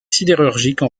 sidérurgique